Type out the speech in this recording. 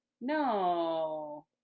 No